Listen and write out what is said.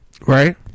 Right